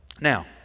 Now